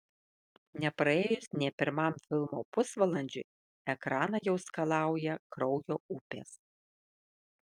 nepraėjus nė pirmam filmo pusvalandžiui ekraną jau skalauja kraujo upės